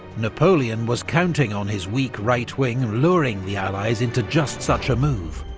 napoleon was counting on his weak right wing luring the allies into just such a move,